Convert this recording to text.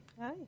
Hi